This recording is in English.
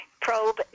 probe